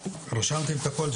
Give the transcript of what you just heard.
--- רשמתם את הכל?